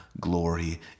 glory